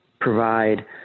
provide